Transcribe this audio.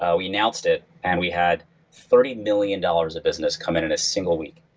ah we announced it and we had thirty million dollars of business come in in a single week.